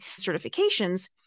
certifications